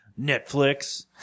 Netflix